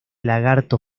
lagarto